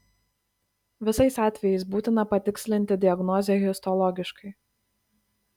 visais atvejais būtina patikslinti diagnozę histologiškai